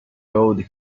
old